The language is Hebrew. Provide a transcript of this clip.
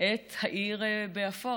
את העיר באפור",